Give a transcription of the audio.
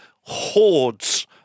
hordes